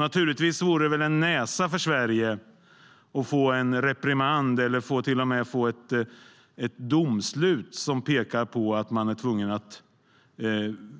Naturligtvis vore det en nesa för Sverige att få en reprimand eller till och med få ett domslut som pekar på att man är tvungen att